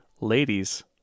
ladies